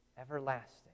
everlasting